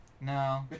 No